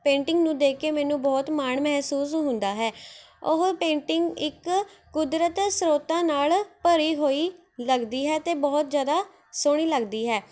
painting ਨੂੰ ਦੇਖ ਕੇ ਮੈਨੂੰ ਬਹੁਤ ਮਾਣ ਮਹਿਸੂਸ ਹੁੰਦਾ ਹੈ ਉਹ ਪੇਂਟਿੰਗ ਇੱਕ ਕੁਦਰਤ ਸਰੋਤਾਂ ਨਾਲ਼ ਭਰੀ ਹੋਈ ਲੱਗਦੀ ਹੈ ਅਤੇ ਬਹੁਤ ਜ਼ਿਆਦਾ ਸੋਹਣੀ ਲੱਗਦੀ ਹੈ